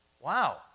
Wow